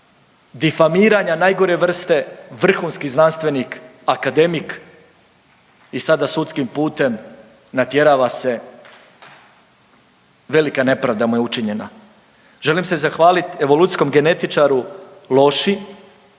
difamiranja najgore vrste, vrhunski znanstvenik, akademik i sada sudskim putem natjerava se, velika nepravda mu je učinjena. Želim se zahvalit evolucijskom genetičaru Loši,